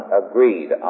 agreed